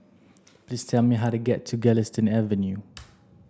please tell me how to get to Galistan Avenue